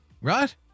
Right